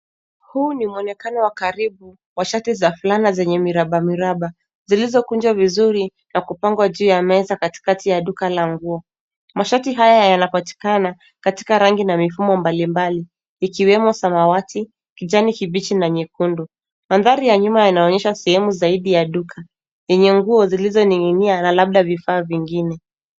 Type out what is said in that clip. Huu ni mwonekano wa karibu wa shati za fulana zenye miraba miraba zilizokunjwa vizuri na kupangwa juu ya meza katikati ya duka la nguo. Mashati haya yanapatikana katika rangi na mifumo mbalimbali ikiwemo samawati, kijani kibichi na nyekundu. Mandhari ya nyuma yanaonyesha sehemu zaidi ya duka yenye nguo zilizoning'inia na labda vifaa vingine.